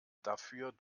dafür